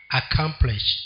accomplish